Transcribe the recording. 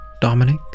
Dominic